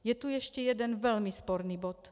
Je tu ještě jeden velmi sporný bod.